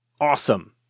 Awesome